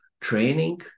training